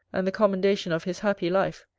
and the commendation of his happy life,